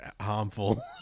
harmful